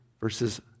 verses